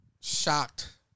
shocked